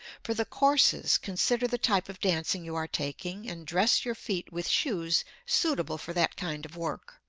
for the courses, consider the type of dancing you are taking and dress your feet with shoes suitable for that kind of work.